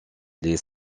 les